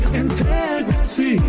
integrity